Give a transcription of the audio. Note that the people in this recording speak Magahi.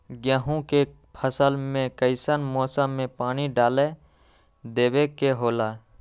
गेहूं के फसल में कइसन मौसम में पानी डालें देबे के होला?